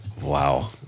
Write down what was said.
Wow